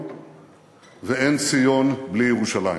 ואין ציון בלי ירושלים.